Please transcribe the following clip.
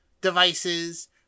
devices